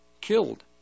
killed